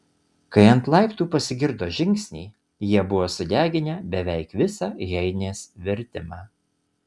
kai ant laiptų pasigirdo žingsniai jie buvo sudeginę beveik visą heinės vertimą